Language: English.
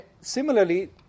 Similarly